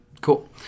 Cool